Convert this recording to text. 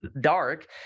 Dark